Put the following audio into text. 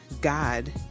God